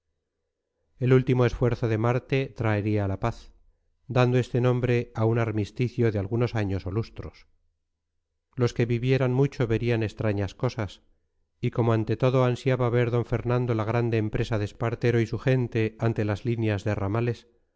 el último esfuerzo de marte traería la paz dando este nombre a un armisticio de algunos años o lustros los que vivieran mucho verían extrañas cosas y como ante todo ansiaba ver d fernando la grande empresa de espartero y su gente ante las líneas de ramales